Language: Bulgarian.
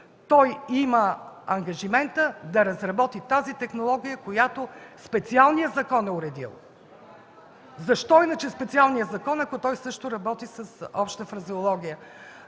има ангажиментът да разработи технологията, която специалният закон е уредил. Защо е иначе специалният закон, ако той също работи с обща фразеология?